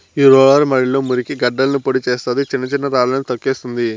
ఈ రోలర్ మడిలో మురికి గడ్డలను పొడి చేస్తాది, చిన్న చిన్న రాళ్ళను తోక్కేస్తుంది